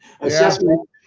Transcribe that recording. Assessment